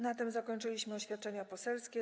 Na tym zakończyliśmy oświadczenia poselskie.